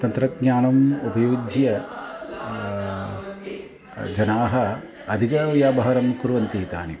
तन्त्रज्ञानम् उपयुज्य जनाः अधिकव्यापारं कुर्वन्ति तानि